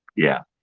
yeah,